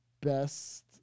best